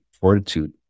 fortitude